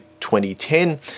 2010